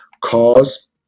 cause